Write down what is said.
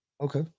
Okay